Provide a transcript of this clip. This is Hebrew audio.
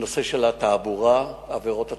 נושא של התעבורה, עבירות התנועה,